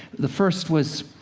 the first was,